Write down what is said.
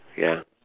ya